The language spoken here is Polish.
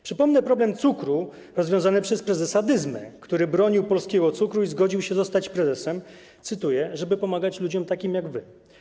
Przypomnę problem cukru rozwiązany przez prezesa Dyzmę, który bronił polskiego cukru i zgodził się zostać prezesem, cytuję: żeby pomagać ludziom takim jak wy.